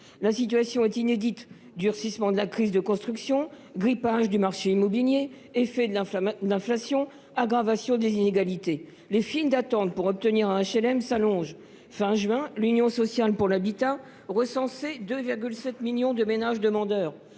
La situation est inédite : durcissement de la crise de la construction, grippage du marché immobilier, effets de l’inflation, aggravation des inégalités… Les files d’attente s’allongent pour obtenir un HLM. À la fin du mois de juin, l’Union sociale pour l’habitat (USH) recensait 2,7 millions de ménages demandeurs.